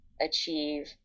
achieve